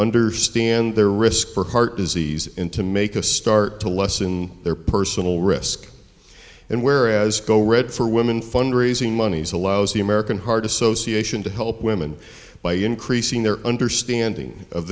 understand their risk for heart disease and to make a start to lessen their personal risk and where as go red for women fund raising money is allows the american heart association to help women by increasing their understanding of